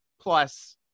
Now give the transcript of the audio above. plus